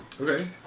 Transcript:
Okay